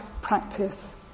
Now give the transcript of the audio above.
practice